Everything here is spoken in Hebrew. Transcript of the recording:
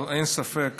אבל אין ספק,